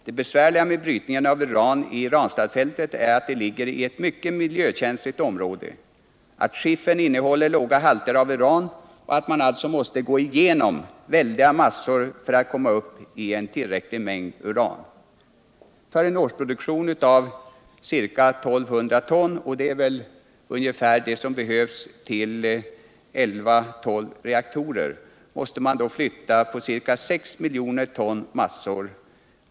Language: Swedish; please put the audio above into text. Det besvärliga med brytningen av uran i Ranstadsfältet är att det ligger i ett mycket miljökänsligt område, au skiffern innehåller låga halter av uran och att man alltså måste ”gå igenom” vildiga massor för att komma upp i en tillräcklig mängd uran. För en årsproduktion av ca 1 200 won uran — det är väl ungefär det som behövs till elva tolv reaktorer - måste man flytta på ca 6 miljoner ton massor.